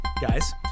guys